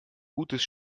gutes